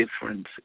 difference